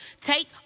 take